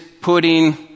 putting